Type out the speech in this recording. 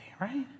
right